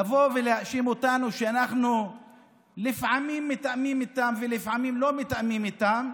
לבוא ולהאשים אותנו שאנחנו לפעמים מתאמים איתם ולפעמים לא מתאמים איתם,